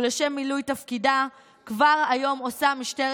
ולשם מילוי תפקידה כבר כיום עושה משטרת